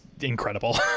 incredible